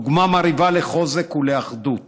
דוגמה מרהיבה לחוזק ולאחדות.